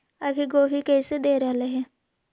अभी गोभी कैसे दे रहलई हे?